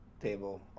table